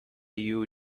you